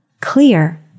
clear